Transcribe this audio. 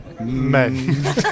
men